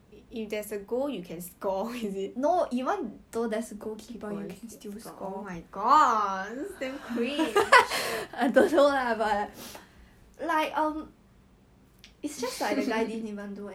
err I don't know I mean I'm not gonna comment on 别人的身材 but but like the boyfriend don't allow her to wear cropped top the boyfriend don't allow her to be in a mixed gender clique